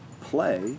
play